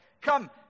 come